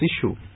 issue